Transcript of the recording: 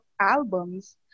albums